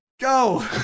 Go